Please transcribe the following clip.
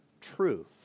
truth